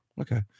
Okay